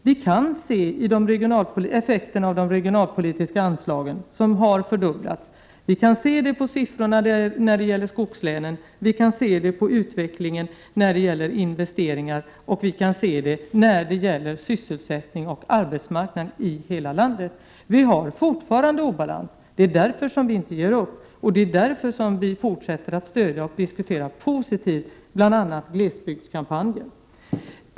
Vi kan se det på effekterna av de regionalpolitiska anslagen, som har fördubblats, vi kan se det på siffrorna från skogslänen, vi kan se det på utvecklingen av investeringar och vi kan se det när det gäller sysselsättning och arbetsmarknad i hela landet. Vi har fortfarande obalans. Det är därför vi inte ger upp, och det är därför vi fortsätter att stödja och positivt diskutera bl.a. glesbygdskampanjen.